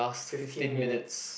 fifteen minutes